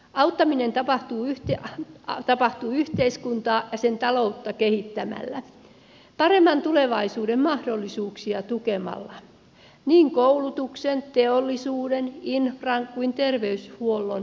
auttaminen tapahtuu yhteiskuntaa ja sen taloutta kehittämällä paremman tulevaisuuden mahdollisuuksia tukemalla niin koulutuksen teollisuuden infran kuin terveydenhuollonkin projekteilla